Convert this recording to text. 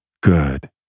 Good